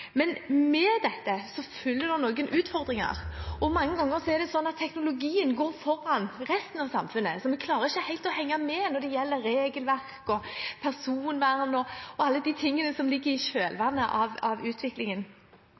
Men med dette følger det noen utfordringer, og mange ganger er det sånn at teknologien går foran resten av samfunnet, så vi klarer ikke helt å henge med når det gjelder regelverk, personvern og alt det som følger i kjølvannet av utviklingen. I Venstre er vi veldig opptatt av